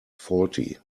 faulty